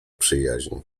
przyjaźń